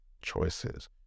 choices